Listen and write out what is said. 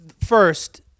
first